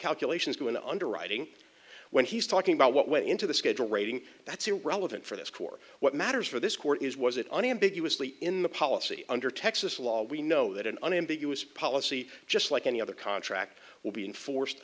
calculations going underwriting and he's talking about what went into the schedule rating that's irrelevant for this core what matters for this court is was it unambiguously in the policy under texas law we know that an unambiguous policy just like any other contract will be enforced